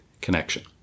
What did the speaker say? connection